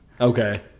Okay